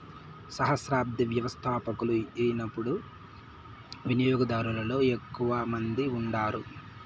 సహస్రాబ్ది వ్యవస్థపకులు యిపుడు వినియోగదారులలో ఎక్కువ మంది ఉండారు